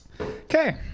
Okay